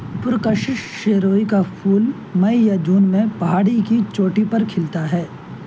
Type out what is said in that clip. پرکشش شیروئی کا پھول مئی یا جون میں پہاڑی کی چوٹی پر کھلتا ہے